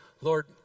Lord